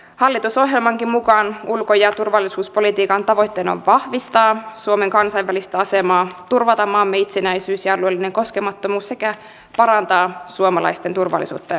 hallitusohjelmankin mukaan ulko ja turvallisuuspolitiikan tavoitteena on vahvistaa suomen kansainvälistä asemaa turvata maamme itsenäisyys ja alueellinen koskemattomuus sekä parantaa suomalaisten turvallisuutta ja hyvinvointia